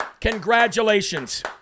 congratulations